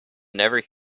never